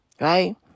right